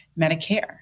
Medicare